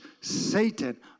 Satan